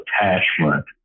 attachment